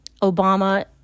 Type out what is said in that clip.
Obama